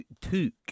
Took